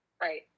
Right